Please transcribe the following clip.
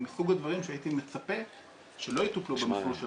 מסוג הדברים שהייתי מצפה שלא יטופלו במסלול של חוק חופש המידע.